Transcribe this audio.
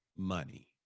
money